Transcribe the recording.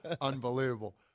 unbelievable